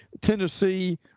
Tennessee